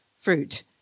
fruit